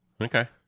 okay